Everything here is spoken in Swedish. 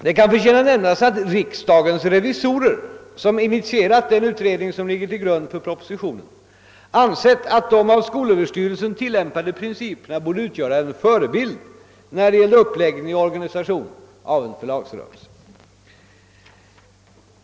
Det kan förtjäna nämnas att riksdagens revisorer, som tagit initiativ till den utredning som ligger till grund för propositionen, ansett att de av skolöverstyrelsen tillämpade principerna borde utgöra en förebild när det gäller uppläggning och organisation av en förlagsrörelse.